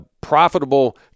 profitable